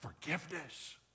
forgiveness